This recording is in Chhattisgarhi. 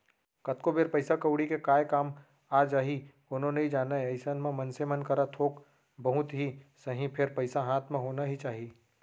कतको बेर पइसा कउड़ी के काय काम आ जाही कोनो नइ जानय अइसन म मनसे मन करा थोक बहुत ही सही फेर पइसा हाथ म होना ही चाही